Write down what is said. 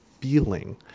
feeling